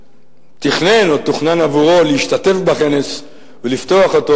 שתכנן או תוכנן עבורו להשתתף בכנס ולפתוח אותו,